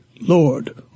Lord